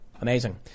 Amazing